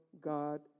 God